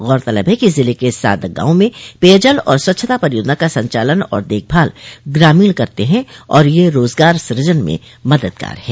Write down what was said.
गौरतलब है कि जिले के सादग गांव में पेयजल और स्वच्छता परियोजना का संचालन और देखभाल ग्रामीण करते हैं और यह रोजगार सूजन में मददगार है